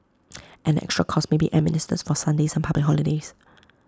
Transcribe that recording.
an extra cost may be administered for Sundays and public holidays